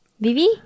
Vivi